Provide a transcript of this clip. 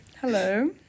Hello